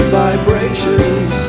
vibrations